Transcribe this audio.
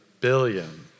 billion